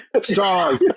song